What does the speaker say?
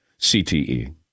CTE